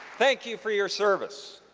thank you for your service.